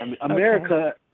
America